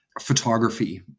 photography